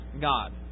God